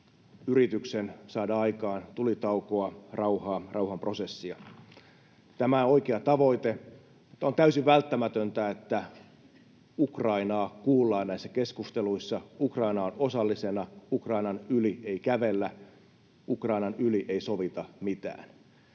yrityksen saada aikaan tulitaukoa, rauhaa, rauhanprosessia. Tämä on oikea tavoite, mutta on täysin välttämätöntä, että Ukrainaa kuullaan näissä keskusteluissa, Ukraina on osallisena, Ukrainan yli ei kävellä, Ukrainan yli ei sovita mitään.